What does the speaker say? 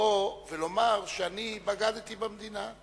לבוא ולומר שאני בגדתי במדינה,